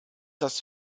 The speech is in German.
das